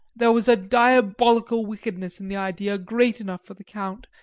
there was a diabolical wickedness in the idea great enough for the count,